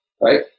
right